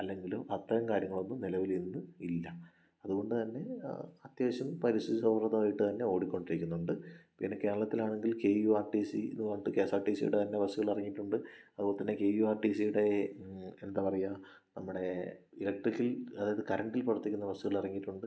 അല്ലെങ്കിലും അത്തരം കാര്യങ്ങളൊന്നും നിലവിലിന്ന് ഇല്ല അതുകൊണ്ടുതന്നെ അത്യാവശ്യം പരിസ്ഥിതി സൗഹൃദമായിട്ടുതന്നെ ഓടിക്കൊണ്ടിരിക്കുന്നുണ്ട് പിന്നെ കേരളത്തിലാണെങ്കിൽ K U R T C എന്ന് പറഞ്ഞിട്ട് K S R T C ടെ തന്നെ ബസ്സുകളെറങ്ങീട്ടുണ്ട് അത്പോൽത്തന്നെ കെ യു ആർ ടി സിയുടെ തന്നെ എന്താ പറയുക നമ്മുടെ ഇലക്ട്രിക്കൽ അതായത് കറൻ്റിൽ പ്രവർത്തിക്കുന്ന ബസ്സുകളിറങ്ങിയിട്ടുണ്ട്